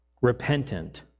repentant